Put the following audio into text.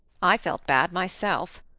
i felt bad myself.